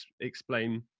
explain